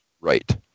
right